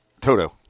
Toto